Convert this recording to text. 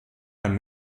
kann